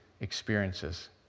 experiences